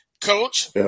Coach